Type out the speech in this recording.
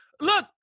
Look